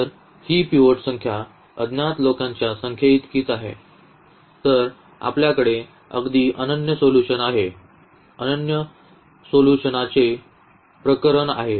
तर ही पिव्होट संख्या अज्ञात लोकांच्या संख्येइतकीच आहे तर आपल्याकडे अगदी अनन्य सोल्यूशन आहे अनन्य सोल्यूशनाचे प्रकरण आहे